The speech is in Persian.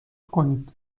کنید